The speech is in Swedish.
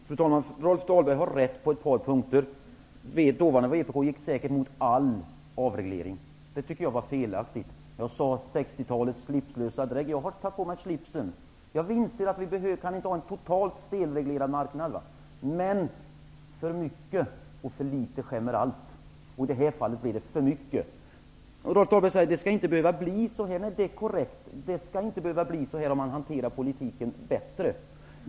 Fru talman! Rolf Dahlberg har rätt på ett par punkter. Dåvarande vpk gick säkert emot all avreglering, vilket jag tycker var felaktigt. Jag talade om 60-talets slipslösa drägg. Jag har nu tagit på mig slipsen. Jag inser att vi inte kan ha en totalt felreglerad marknad. Men för mycket och för litet skämmer allt. I detta fall blev det för mycket. Rolf Dahlberg sade att det inte skall behöva bli så här. Nej, det är korrekt. Det skall inte behöva bli så här, om man hanterar politiken bättre.